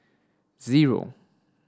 zero